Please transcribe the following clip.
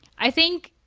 i think,